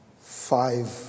five